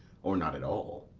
or not at all.